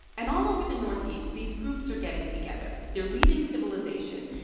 and all over the northeast, these groups are getting together. they're leaving civilization.